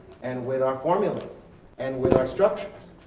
and with our formulas and with our structures.